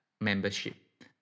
membership